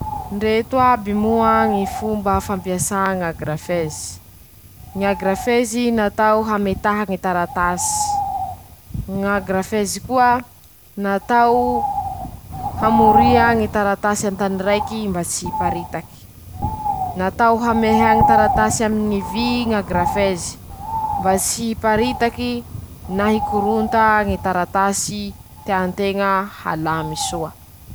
Ndreto aby moa ñy fomba fampiasà ñy agraffeuse: -ñy adraffeusy natao hametaha ñy taratasy. -ñ'agraffeusy koa natao hamoria ñy taratasy an-tany raiky mba tsy hiparitaky. -Natao hamehea ñy taratasy aminy ñy vy ñy agraffeuse mba tsy hiparitaky na hikoronta ñy taratasy tean-teña halamy soa.